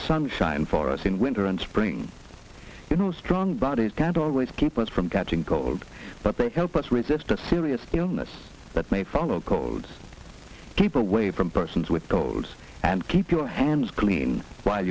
sunshine for us in winter and spring you know strong bodies can't always keep us from catching cold but they help us resist a serious illness that may follow codes keep away from persons with colds and keep your hands clean while